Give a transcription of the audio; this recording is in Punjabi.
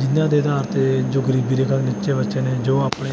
ਜਿਹਨਾਂ ਦੇ ਅਧਾਰ 'ਤੇ ਜੋ ਗਰੀਬੀ ਰੇਖਾ ਤੋਂ ਨੀਚੇ ਬੱਚੇ ਨੇ ਜੋ ਆਪਣੇ